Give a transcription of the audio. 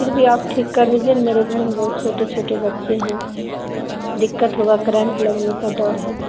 پھر بھی آپ ٹھیک کر دیجیے میرے گھر میں بہت چھوٹے چھوٹے بچے ہیں دقت ہوگا کرنٹ لگنے کا ڈر ہے